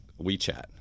WeChat